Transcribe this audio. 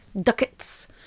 ducats